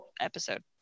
episode